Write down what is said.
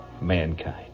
Mankind